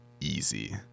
easy